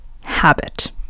habit